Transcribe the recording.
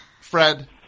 fred